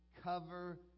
Cover